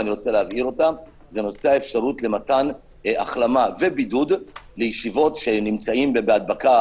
לגבי האפשרות למתן החלמה ובידוד לישיבות שנמצאים בהדבקה,